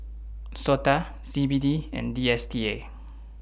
Sota C B D and D S T A